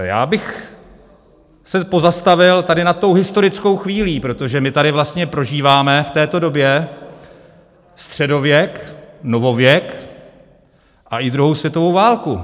Já bych se pozastavil tady nad tou historickou chvílí, protože my tady vlastně prožíváme v této době středověk, novověk a i druhou světovou válku.